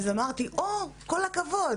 אז אמרתי: הו, כל הכבוד.